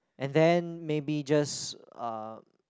and then maybe just uh